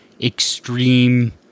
extreme